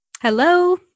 Hello